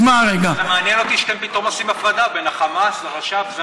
זה מעניין אותי שאתם פתאום עושים הפרדה בין החמאס לרש"פ.